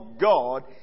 God